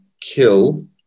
kill